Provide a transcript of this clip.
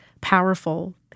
powerful